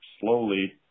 slowly